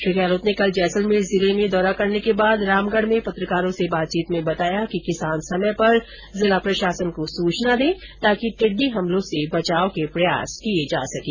श्री गहलोत ने कल जैसलमेर जिले में दौरा करने के बाद रामगढ़ में पत्रकारों से बातचीत में बताया कि किसान समय पर जिला प्रशासन को सूचना दें ताकि टिड्डी हमलों से बचाव के प्रयास किये जा सकें